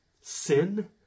sin